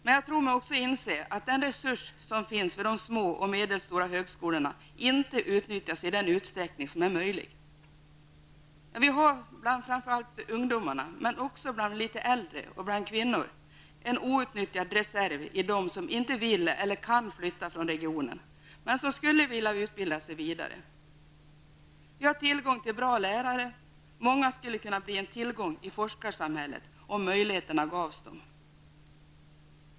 Men jag tror mig också inse att den resurs som finns vid de små och medelstora högskolorna inte utnyttjas i den utsträckning som är möjlig. Vi har bland framför allt ungdomarna -- men också bland litet äldre och bland kvinnor -- en outnyttjad reserv i dem som inte vill eller kan flytta från regionen men som skulle vilja utbilda sig vidare. Vi har tillgång till bra lärare. Många skulle kunna bli en tillgång i forskarsamhället om möjligheterna gavs.